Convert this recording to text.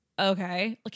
Okay